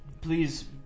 please